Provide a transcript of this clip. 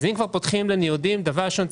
אם כבר פותחים לניודים דבר ראשון,